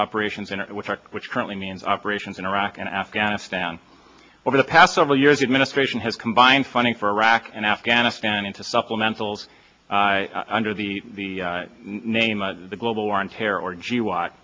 operations in which our which currently means operations in iraq and afghanistan over the past several years administration has combined funding for iraq and afghanistan into supplementals under the name of the global war on terror